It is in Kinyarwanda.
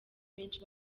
benshi